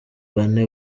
bane